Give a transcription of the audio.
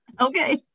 Okay